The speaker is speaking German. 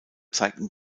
zeigten